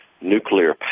nuclear